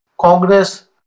Congress